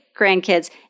grandkids